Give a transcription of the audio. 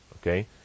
okay